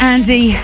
Andy